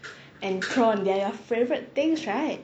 and prawn they're your favorite things right